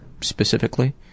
specifically